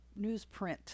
newsprint